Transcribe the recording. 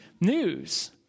news